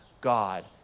God